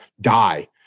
die